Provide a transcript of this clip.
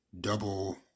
double